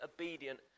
obedient